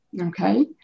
Okay